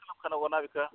खालामखानांगौना बेखौ